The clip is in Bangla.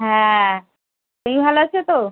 হ্যাঁ তুমি ভালো আছো তো